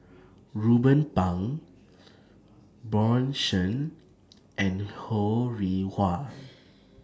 Ruben Pang Bjorn Shen and Ho Rih Hwa